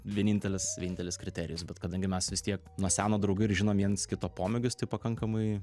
vienintelis vienintelis kriterijus bet kadangi mes vis tiek nuo seno draugai ir žinom viens kito pomėgius tai pakankamai